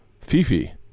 Fifi